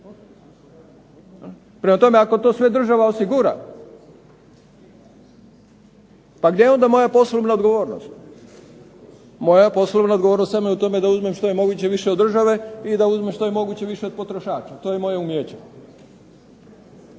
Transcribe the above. Prema tome, ako to sve država osigura, pa gdje je onda moja poslovna odgovornost? Moja poslovna odgovornost samo je u tome da uzmem što više od države i da uzmem što je moguće više o potrošača. To je moje umijeće.